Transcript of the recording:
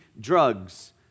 drugs